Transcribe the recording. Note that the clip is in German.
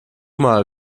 mal